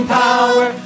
power